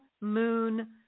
moon